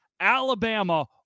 Alabama